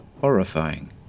horrifying—